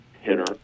hitter